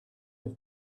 have